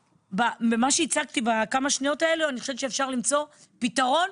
במה שהצגתי בכמה שניות האלה אני חושבת שאפשר למצוא פתרון.